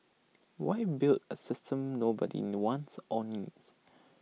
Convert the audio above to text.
why build A system nobody no wants or needs